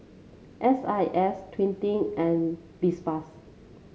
S I S Twining and Vespas